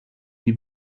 die